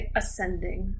ascending